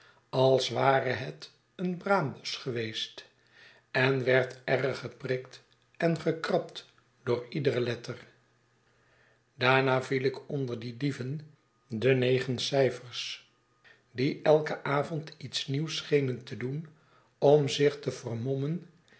als ware het een braambosch geweest en werd erg geprikt en gekrabd door iedere letter daarna viel ik onder die dieven de negen cijfers die elken avond iets nieuws schenen te doen om zich te vermommen